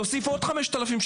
תוסיף עוד 5,000,